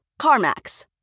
CarMax